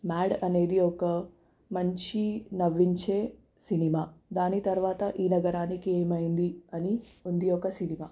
mad అనేది ఒక మంచి నవ్వించే సినిమా దాని తర్వాత ఈ నగరానికి ఏమైంది అని ఉంది ఒక సినిమా